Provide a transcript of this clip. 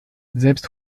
selbst